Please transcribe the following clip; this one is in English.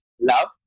love